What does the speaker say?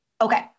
Okay